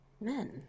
Men